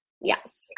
Yes